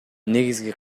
негизги